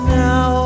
now